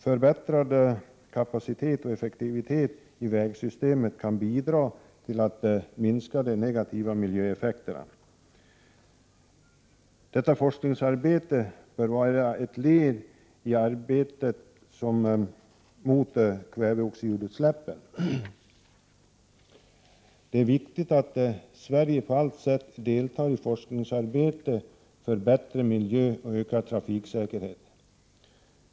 Förbättrad kapacitet och effektivitet i vägsystemet kan bidra till att minska de negativa miljöeffekterna. Detta forskningsarbete bör vara ett led i arbetet mot kväveoxidutsläppen. Det är viktigt att Sverige på allt sätt deltar i forskningsarbetet för bättre miljö och ökad trafiksäkerhet.